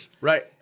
Right